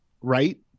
right